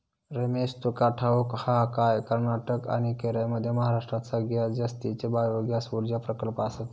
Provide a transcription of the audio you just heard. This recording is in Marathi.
रमेश, तुका ठाऊक हा काय, कर्नाटक आणि केरळमध्ये महाराष्ट्रात सगळ्यात जास्तीचे बायोगॅस ऊर्जा प्रकल्प आसत